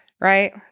right